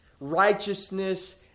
righteousness